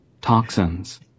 Toxins